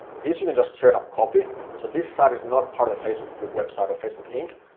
this you can just straight up copy, so this site is not part of the facebook website or facebook inc.